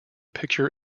picture